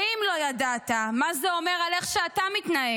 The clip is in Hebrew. ואם לא ידעת, מה זה אומר על איך שאתה מתנהל?